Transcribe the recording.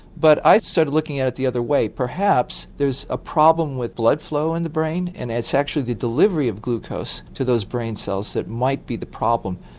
but i started looking at it the other way, perhaps there's a problem with blood flow in the brain and it's actually the delivery of glucose to those brain cells that might be the problem.